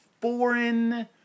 foreign